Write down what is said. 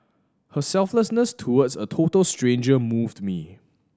her selflessness towards a total stranger moved me